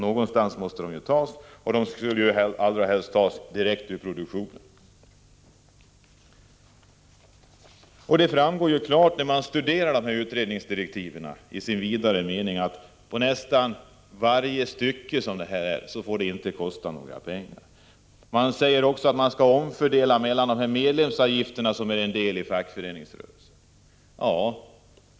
Någonstans måste de pengarna tas — allra helst direkt ur produktionen. När man studerar utredningsdirektiven framgår det av nästan varje stycke att det inte får kosta något. Det sägs också att det skall ske en omfördelning beträffande de medlemsavgifter som är en del av fackföreningsavgiften.